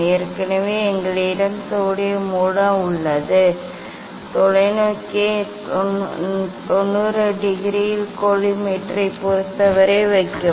ஏற்கனவே எங்களிடம் சோடியம் மூல உள்ளது தொலைநோக்கியை 90 டிகிரியில் கோலிமேட்டரைப் பொறுத்தவரை வைக்கவும்